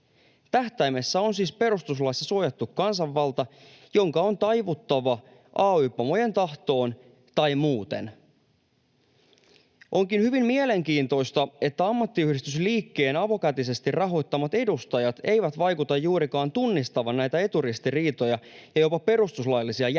Tähtäimessä on siis perustuslaissa suojattu kansanvalta, jonka on taivuttava ay-pomojen tahtoon, tai muuten... Onkin hyvin mielenkiintoista, että ammattiyhdistysliikkeen avokätisesti rahoittamat edustajat eivät vaikuta juurikaan tunnistavan näitä eturistiriitoja ja jopa perustuslaillisia jännitteitä.